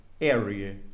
area